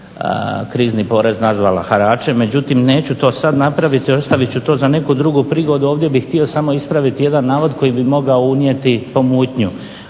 krizni porez nazvala haračem. Međutim, neću to sad napraviti. Ostavit ću to za neku drugu prigodu. Ovdje bih htio samo ispraviti jedan navod koji bi mogao unijeti pomutnju